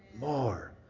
More